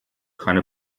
keine